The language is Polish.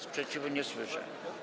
Sprzeciwu nie słyszę.